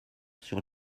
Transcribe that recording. sur